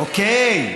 אוקיי.